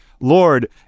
Lord